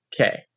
Okay